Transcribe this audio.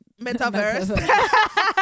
metaverse